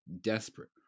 desperate